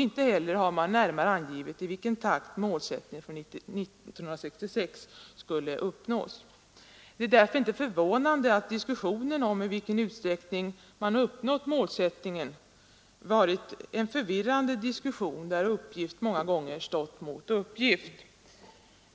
Inte heller har företaget närmare angivit i vilken takt målsättningen från 1966 skulle uppnås. Det är därför inte förvånande att diskussionen om i vilken utsträckning dessa målsättningar uppnåtts har varit en förvirrande diskussion, där många gånger uppgift stått mot uppgift.